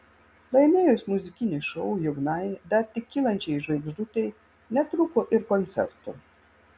laimėjus muzikinį šou jaunai dar tik kylančiai žvaigždutei netrūko ir koncertų